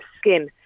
skin